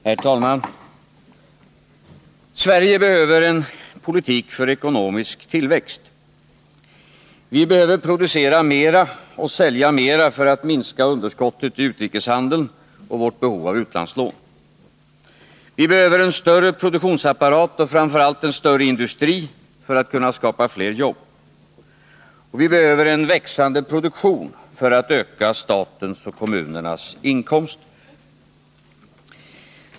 Herr talman! Sverige behöver en ny politik för ekonomisk tillväxt. Vi behöver producera mera och sälja mera för att minska underskottet i utrikeshandeln och vårt behov av utlandslån. Vi behöver en större produktionsapparat och framför allt en större industri för att skapa fler jobb. Och vi behöver en växande produktion för att öka statens och kommunernas inkomster.